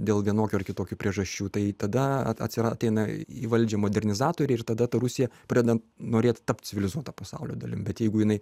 dėl vienokių ar kitokių priežasčių tai tada atsira ateina į valdžią modernizatoriai tada ta rusija pradeda norėt tapt civilizuota pasaulio dalim bet jeigu jinai